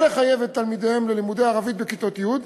לא לחייב את תלמידיהם ללמוד ערבית בכיתות י',